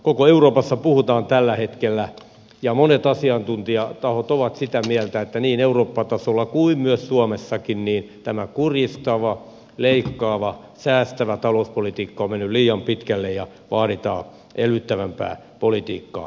koko euroopassa puhutaan tällä hetkellä ja monet asiantuntijatahot ovat sitä mieltä että niin eurooppa tasolla kuin myös suomessakin tämä kurjistava leikkaava säästävä talouspolitiikka on mennyt liian pitkälle ja vaaditaan elvyttävämpää politiikkaa